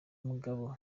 mugabo